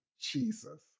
Jesus